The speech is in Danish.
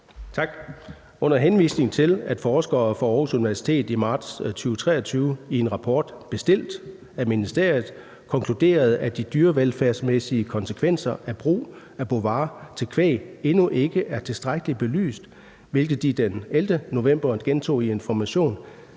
Under henvisning til at forskere fra Aarhus Universitet i marts 2023 i en rapport bestilt af ministeriet konkluderede, at de dyrevelfærdsmæssige konsekvenser af brug af Bovaer til kvæg endnu ikke er tilstrækkeligt belyst, hvilket de den 11. november gentog i Information,